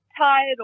tired